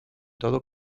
todo